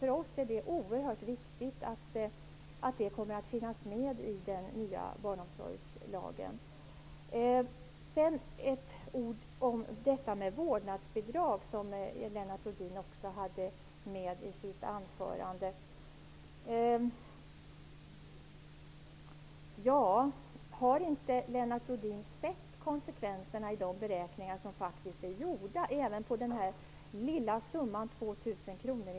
För oss är det oerhört viktigt att det kommer att finnas med i den nya barnomsorgslagen. I sitt anförande talade Lennart Rohdin också om vårdnadsbidraget. Har inte Lennart Rohdin insett vad konsekvenserna kan bli enligt de gjorda beräkningarna? Även den lilla summan på 2 000 kr.